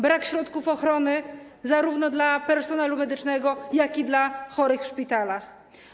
Brak środków ochrony zarówno dla personelu medycznego, jak i dla chorych w szpitalach.